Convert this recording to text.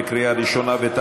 בקריאה ראשונה.